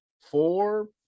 four